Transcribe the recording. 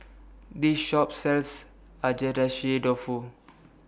This Shop sells Agedashi Dofu